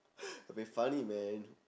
will be funny man